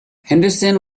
henderson